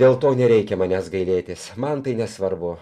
dėl to nereikia manęs gailėtis man tai nesvarbu